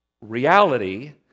reality